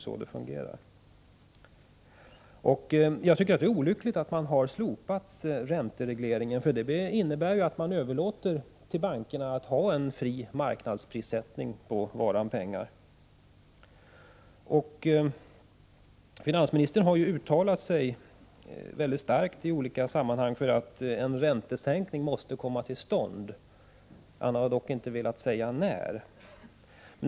Jag tycker att det är olyckligt att man har slopat ränteregleringen. Det innebär ju att man överlåter till bankerna att ha en fri marknadsprissättning på varan pengar. Finansministern har ju i olika sammanhang uttalat sig mycket starkt för att en räntesänkning måste komma till stånd. Han har dock inte velat säga när.